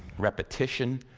repetition,